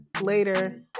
Later